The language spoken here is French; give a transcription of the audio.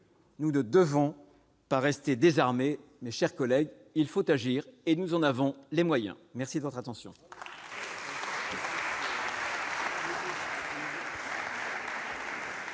Nous ne devons pas rester désarmés, mes chers collègues, il faut agir, nous en avons les moyens ! La parole est